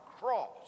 cross